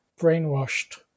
brainwashed